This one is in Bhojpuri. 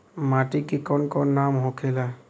माटी के कौन कौन नाम होखे ला?